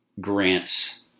grants